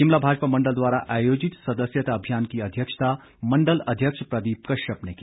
शिमला भाजपा मंडल द्वारा आयोजित सदस्यता अभियान की अध्यक्षता मंडल अध्यक्ष प्रदीप कश्यप ने की